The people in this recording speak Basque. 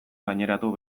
gaineratu